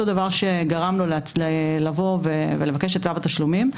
דבר שגרם לו לבוא ולבקש את צו התשלומים.